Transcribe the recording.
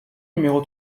numéro